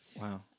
Wow